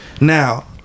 Now